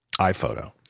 iPhoto